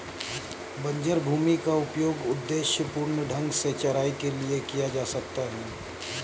बंजर भूमि का उपयोग उद्देश्यपूर्ण ढंग से चराई के लिए किया जा सकता है